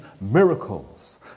miracles